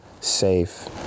safe